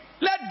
let